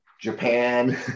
Japan